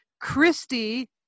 Christy